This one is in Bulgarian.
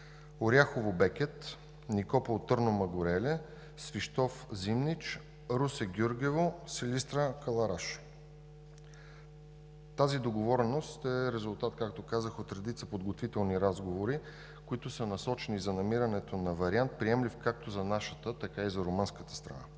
Оряхово – Бекет, Никопол – Турну Мъгуреле, Свищов – Зимнич, Русе – Гюргево, Силистра – Кълъраш. Тази договореност е резултат от редица подготвителни разговори, които са насочени за намирането на приемлив вариант както за нашата, така и за румънската страна.